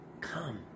Come